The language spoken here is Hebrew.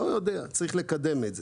לא יודע, צריך לקדם את זה.